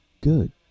good